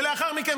ולאחר מכן,